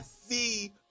see